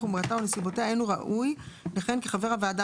חומרתה או נסיבותיה אין הוא ראוי לכהן כחבר הוועדה